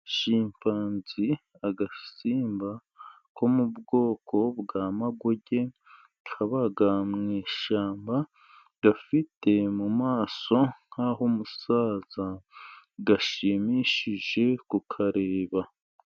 Shimpazi agasimba ko mu bwoko bwa maguge, kaba mw'ishyamba, gafite mu maso nk'ahumusaza, gashimishije kukareba.